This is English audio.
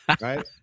Right